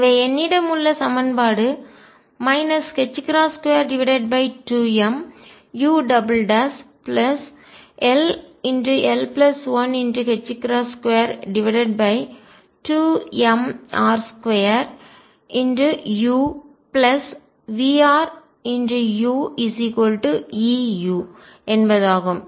எனவே என்னிடம் உள்ள சமன்பாடு 22mull122mr2uVruEu என்பதாகும்